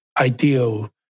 ideal